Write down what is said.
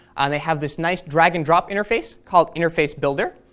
they have this nice drag and drop interface called interface builder,